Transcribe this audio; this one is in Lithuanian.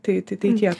tai tai tai tiek